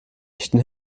echten